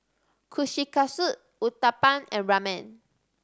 Kushikatsu Uthapam and Ramen